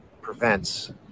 prevents